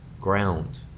ground